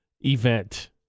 event